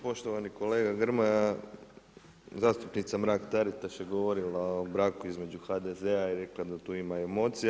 Poštovani kolega Grmoja, zastupnica Mrak-Taritaš je govorila o braku između HDZ-a i rekla da tu tima emocija.